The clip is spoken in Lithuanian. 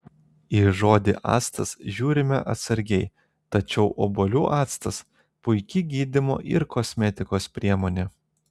į žodį actas žiūrime atsargiai tačiau obuolių actas puiki gydymo ir kosmetikos priemonė